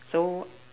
so